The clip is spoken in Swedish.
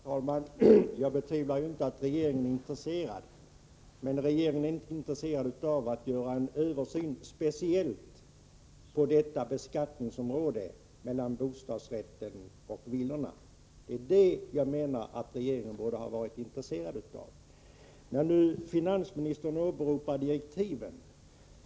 Herr talman! Jag betvivlar inte att regeringen är intresserad — men regeringen är inte intresserad av att göra en översyn speciellt på beskattningsområdet när det gäller försäljning av bostadsrätter och villor. Det är det jag menar att regeringen borde ha varit intresserad av. Finansministern åberopar direktiven.